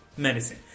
medicine